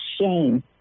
shame